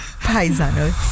Paisano